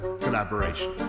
collaboration